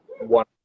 one